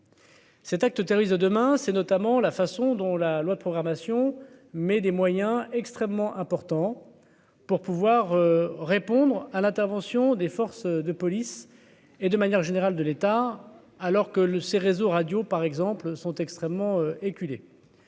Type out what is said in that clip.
Cet acte terroriste de demain, c'est notamment la façon dont la loi de programmation mais des moyens extrêmement importants. Pour pouvoir répondre à l'intervention des forces de police et de manière générale, de l'État alors que le ces réseaux radio par exemple, sont extrêmement.